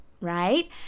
right